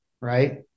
right